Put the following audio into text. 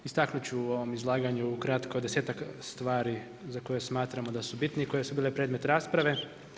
Istaknut ću u ovom izlaganju ukratko desetak stvari za koje smatramo da su bitni i koje su bile predmet rasprave.